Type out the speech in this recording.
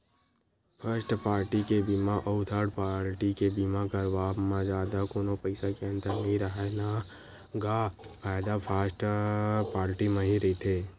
first party के बीमा अउ थर्ड पाल्टी के बीमा करवाब म जादा कोनो पइसा के अंतर नइ राहय न गा फायदा फस्ट पाल्टी म ही रहिथे